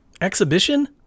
exhibition